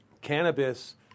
cannabis